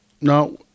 No